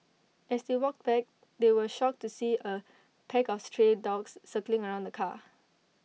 as they walked back they were shocked to see A pack of stray dogs circling around the car